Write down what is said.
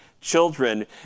children